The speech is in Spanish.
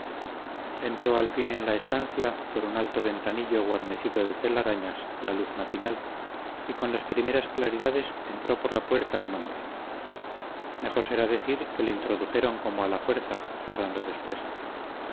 entró al fin en la estancia por un alto ventanillo guarnecido de telarañas la luz matinal y con las primeras claridades entró por la puerta un hombre mejor será decir que le introdujeron como a la fuerza cerrando después